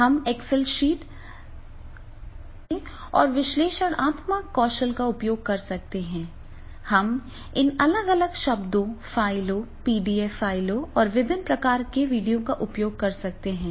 हम Excel sheet सांख्यिकीय और विश्लेषणात्मक कौशल का उपयोग कर सकते हैं हम इन अलग अलग शब्द फ़ाइलों पीडीएफ फाइलों और विभिन्न प्रकार के वीडियो का उपयोग कर सकते हैं